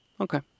Okay